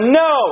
no